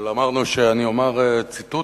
אבל אמרנו שאני אומר ציטוט,